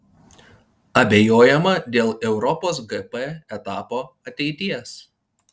abejojama dėk europos gp etapo ateities